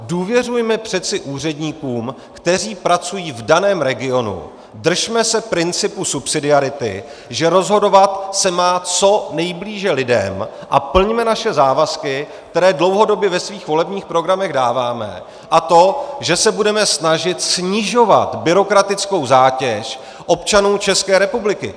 Důvěřujme přeci úředníkům, kteří pracují v daném regionu, držme se principu subsidiarity, že rozhodovat se má co nejblíže lidem, a plňme naše závazky, které dlouhodobě ve svých volebních programech dáváme, tedy že se budeme snažit snižovat byrokratickou zátěž občanům České republiky.